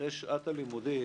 אחרי שעת הלימודים.